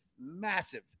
massive